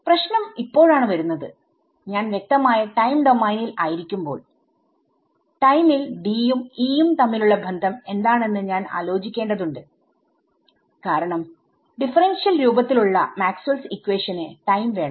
പ്രശ്നം ഇപ്പൊഴാണ് വരുന്നത്ഞാൻ വ്യക്തമായി ടൈം ഡോമെയിനിൽ ആയിരിക്കുമ്പോൾ ടൈമിൽ D യും E യും തമ്മിലുള്ള ബന്ധം എന്താണെന്ന് ഞാൻ ആലോചിക്കേണ്ടതുണ്ട് കാരണം ഡിഫറെൻഷിയൽ രൂപത്തിലുള്ള മാക്സ്വെൽസ് ഇക്വേഷന് maxwells equation ടൈം വേണം